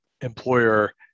employer